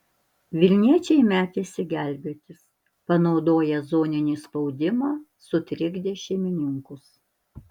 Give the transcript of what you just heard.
vilniečiai metėsi gelbėtis panaudoję zoninį spaudimą sutrikdė šeimininkus